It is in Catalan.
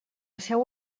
seu